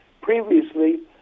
previously